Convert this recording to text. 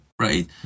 right